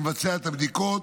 שמבצע את הבדיקות,